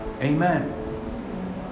Amen